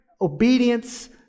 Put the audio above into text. obedience